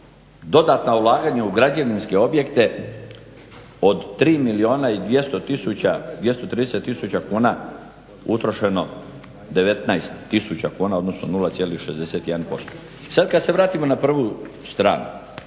dodatna ulaganja u građevinske objekte od 3 milijuna i 230 000 kuna utrošeno 19000 kuna, odnosno 0,61%. I sad kad se vratimo na prvu stranu